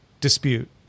dispute